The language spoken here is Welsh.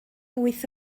wyth